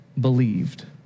believed